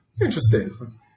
Interesting